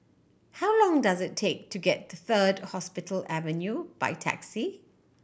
how long does it take to get to Third Hospital Avenue by taxi